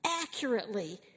accurately